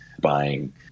buying